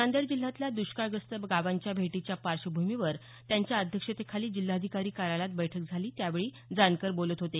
नांदेड जिल्ह्यातल्या दष्काळग्रस्त गावांच्या भेटीच्या पार्श्वभूमीवर यांच्या अध्यक्षतेखाली जिल्हाधिकारी कार्यालयात बैठक झाली त्यावेळी ते बोलत होते